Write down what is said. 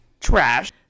trash